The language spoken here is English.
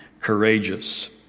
courageous